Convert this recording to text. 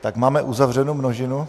Tak máme uzavřenu množinu?